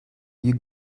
you